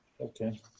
Okay